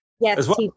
yes